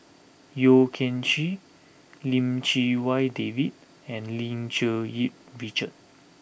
Yeo Kian Chye Lim Chee Wai David and Lim Cherng Yih Richard